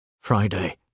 Friday